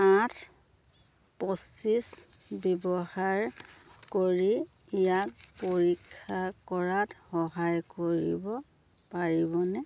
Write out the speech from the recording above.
আঠ পঁচিছ ব্যৱহাৰ কৰি ইয়াক পৰীক্ষা কৰাত সহায় কৰিব পাৰিবনে